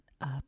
up